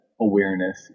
awareness